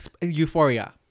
Euphoria